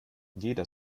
jeder